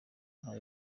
ntara